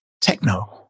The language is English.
techno